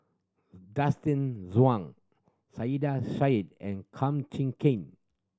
Zhuang Saiedah Said and Kum Chee Kin